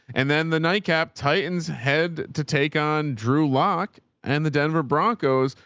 and then the nightcap titans head to take on drew loc and the denver broncos.